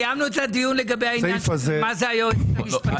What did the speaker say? סיימנו את הדיון לגבי העניין של מה זה היועצת המשפטית לוועדה?